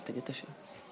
תגיד את השם.